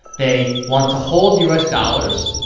they want to hold u s. dollars,